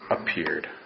appeared